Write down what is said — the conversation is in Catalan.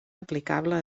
aplicable